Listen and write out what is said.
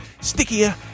stickier